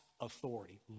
authority